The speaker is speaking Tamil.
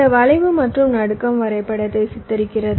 இந்த வளைவு மற்றும் நடுக்கம் வரைபடத்தை சித்தரிக்கிறது